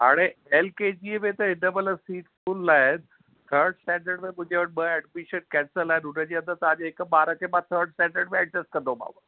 हाणे L K G में त हिन मइल सीट्स फ़ुल आहिनि थर्ड स्टेंडर्ड में मुहिंजे वटि ॿ एडमिशन कैंसल आहिनि हुन जे अंदरि तव्हां जे हिक ॿार खे मां थर्ड स्टेंड्रड में एडजस्ट कंदोमांव